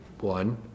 one